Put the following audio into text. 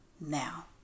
now